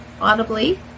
audibly